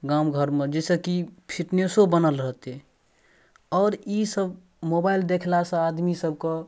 गामघरमे जाहिसँ कि फिटनेसो बनल रहतै आओर ईसब मोबाइल देखलासँ आदमीसभके